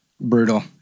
Brutal